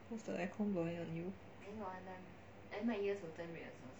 was the air con blowing on you